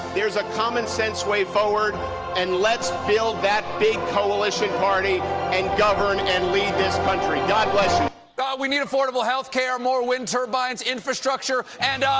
there is a common sense way forward and let's build that big coalition party and govern and lead this country god bless you. stephen we need affordable healthcare, more wind turbines, infrastructure, and